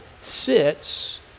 sits